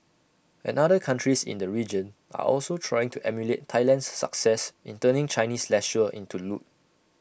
another countries in the region are also trying to emulate Thailand's success in turning Chinese leisure into loot